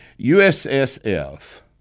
USSF